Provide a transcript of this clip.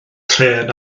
trên